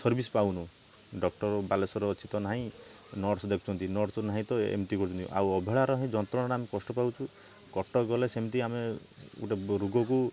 service ପାଉନୁ doctor Balasore ଅଛି ତ ନାହିଁ ନର୍ସ ଦେଖୁଛନ୍ତି ନର୍ସ ନାହିଁ ତ ଏମିତି କରୁଛନ୍ତି ଆଉ ଅବହେଳାରେ ଯନ୍ତ୍ରଣା ଆମେ କଷ୍ଟ ପାଉଛୁ କଟକ ଗଲେ ସେମିତି ଆମେ ଗୋଟେ ରୋଗକୁ